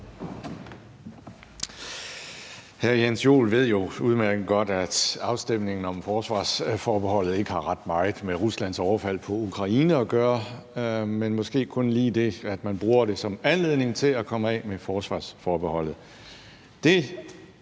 Hr. Jens Joel ved jo udmærket godt, at afstemningen om forsvarsforbeholdet ikke har ret meget med Ruslands overfald på Ukraine at gøre, måske kun lige det, at man bruger det som anledning til at komme af med forsvarsforbeholdet.